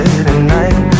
tonight